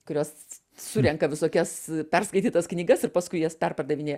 kurios surenka visokias perskaitytas knygas ir paskui jas perpardavinėja